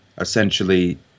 essentially